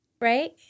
right